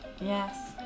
yes